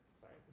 sorry